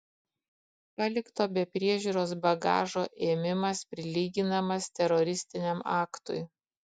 palikto be priežiūros bagažo ėmimas prilyginamas teroristiniam aktui